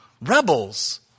Rebels